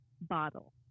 bottle